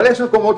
אבל יש מקומות,